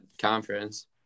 conference